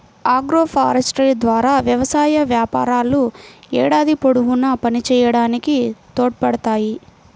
agroforestry ద్వారా వ్యవసాయ వ్యాపారాలు ఏడాది పొడవునా పనిచేయడానికి తోడ్పడతాయి